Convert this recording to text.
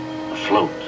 afloat